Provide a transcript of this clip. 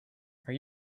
are